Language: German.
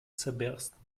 zerbersten